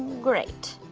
great.